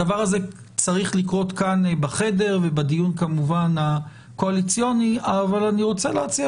הדבר הזה צריך לקרות כאן בחדר אבל אני רוצה להציע